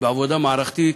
בעבודה מערכתית,